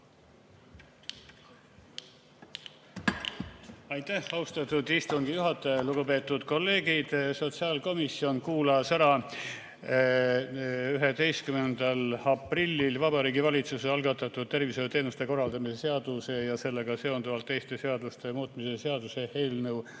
Aitäh, austatud istungi juhataja! Lugupeetud kolleegid! Sotsiaalkomisjon kuulas 11. aprillil ära Vabariigi Valitsuse algatatud tervishoiuteenuste korraldamise seaduse ja sellega seonduvalt teiste seaduste muutmise seaduse eelnõu